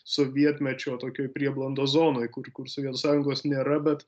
sovietmečio tokioj prieblandos zonoj kur sovietų sąjungos nėra bet